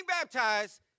baptized